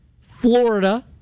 Florida